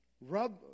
Rub